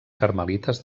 carmelites